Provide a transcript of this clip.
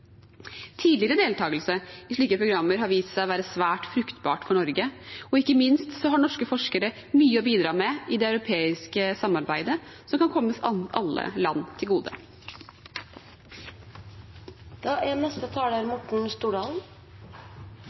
Tidligere deltakelse i slike programmer har vist seg å være svært fruktbart for Norge, og ikke minst har norske forskere mye å bidra med i det europeiske samarbeidet, som kan komme alle land til gode. Koronautbruddet og pandemien har vist oss at vi er